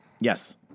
Yes